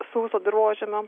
sauso dirvožemio